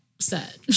set